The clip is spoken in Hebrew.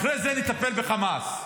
אחרי זה נטפל בחמאס,